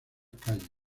calles